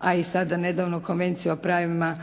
a i sada nedavno Konvenciju o pravima